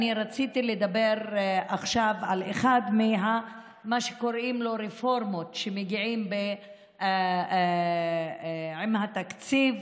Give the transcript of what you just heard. רציתי לדבר עכשיו על אחת ממה שקוראים לו הרפורמות שמגיעות עם התקציב,